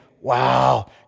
Wow